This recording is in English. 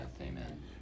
Amen